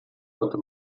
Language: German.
konnte